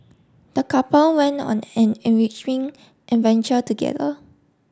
the couple went on an enriching adventure together